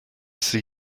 see